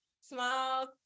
small